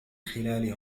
خلال